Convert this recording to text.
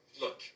look